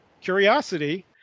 curiosity